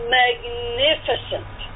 magnificent